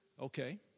okay